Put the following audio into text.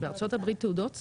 בארצות הברית תעודות סל?